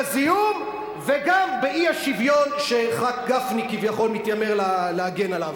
בזיהום וגם באי-שוויון שחבר הכנסת גפני כביכול מתיימר להגן עליו.